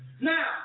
Now